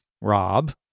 Rob